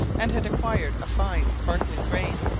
and had acquired a fine sparkling grain,